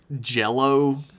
Jell-O